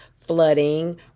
flooding